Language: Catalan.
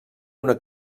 una